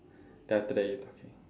then after that you